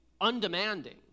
undemanding